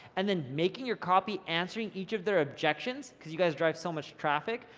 and then making your copy answering each of their objections, cause you guys drive so much traffic,